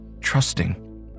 trusting